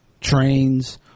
trains